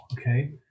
okay